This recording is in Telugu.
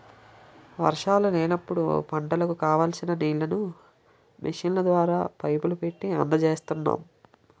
వర్షాలు లేనప్పుడు పంటలకు కావాల్సిన నీళ్ళను మిషన్ల ద్వారా, పైపులు పెట్టీ అందజేస్తున్నాం